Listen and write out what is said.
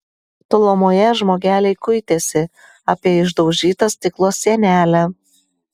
tolumoje žmogeliai kuitėsi apie išdaužytą stiklo sienelę